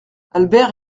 albert